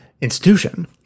institution